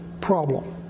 problem